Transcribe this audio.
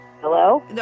Hello